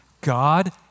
God